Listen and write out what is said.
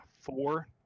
Four